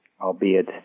albeit